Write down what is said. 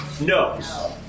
No